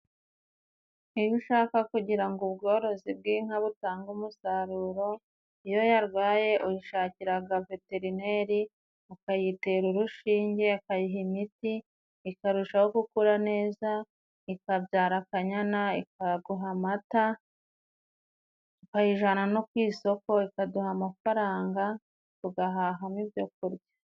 Iyo ushaka kugira ngo ubworozi bw'inka butange umusaruro, iyo yarwaye uyishakiraga veterineri ukayitera urushinge, akayiha imiti, ikarushaho gukura neza ikabyara akanyana, ikaguha amata, tukayijana no ku isoko ikaduha amafaranga, tugahahamo ibyo kurya.